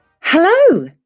Hello